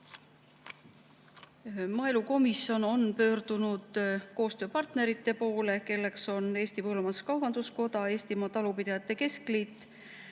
Maaelukomisjon on pöördunud koostööpartnerite poole, kelleks on Eesti Põllumajandus-Kaubanduskoda, Eestimaa Talupidajate Keskliit,